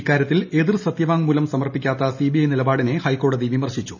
ഇക്കാരൃത്തിൽ എതിർ സത്യവാങ്മൂലം സമർപ്പിക്കാത്ത സിബിഐ നിലപാടിനെ ഹൈക്കോടതി വിമർശിച്ചു